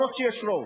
אפילו שיש רוב,